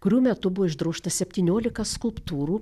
kurių metu buvo išdrožta septyniolika skulptūrų